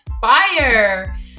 fire